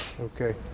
okay